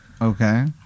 Okay